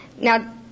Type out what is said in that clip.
Now